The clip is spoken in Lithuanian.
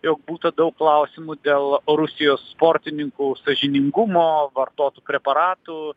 jog būta daug klausimų dėl rusijos sportininkų sąžiningumo vartotojų preparatų